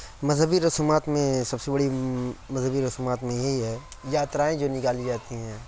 مذہبی رسومات میں سب سے بڑی مذہبی رسومات میں یہی ہے یاترائیں جو نکالی جاتی ہیں